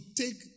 take